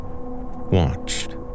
watched